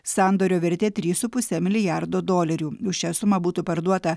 sandorio vertė trys su puse milijardo dolerių už šią sumą būtų parduota